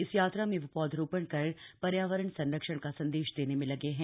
इस यात्रा में वो पौधारोपण कर पर्यावरण संरक्षण का संदेश देने में लगे हैं